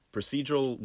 Procedural